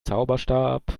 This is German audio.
zauberstab